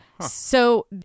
So-